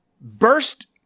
burst